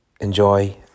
enjoy